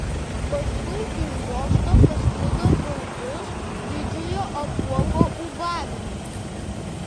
paskui iš bokšto pasklido graudus didžiojo apuoko ūbavimas